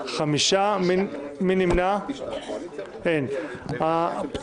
5 נמנעים, אין אושר בעד- 9, נגד- 5, אין נמנעים.